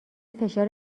فشار